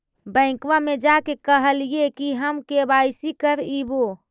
बैंकवा मे जा के कहलिऐ कि हम के.वाई.सी करईवो?